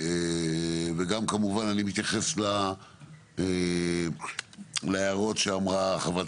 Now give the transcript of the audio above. וגם כמובן אני מתייחס להערות שאמרה חברת